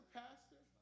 pastor